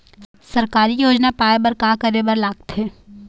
सरकारी योजना पाए बर का करे बर लागथे?